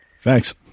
Thanks